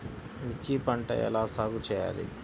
మిర్చి పంట ఎలా సాగు చేయాలి?